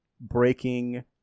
breaking